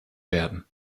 werden